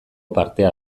partea